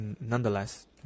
Nonetheless